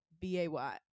B-A-Y